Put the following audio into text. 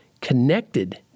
connected